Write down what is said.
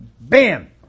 bam